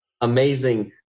amazing